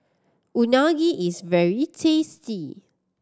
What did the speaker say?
unagi is very tasty